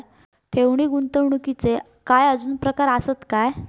ठेव नी गुंतवणूकचे काय आजुन प्रकार आसत काय?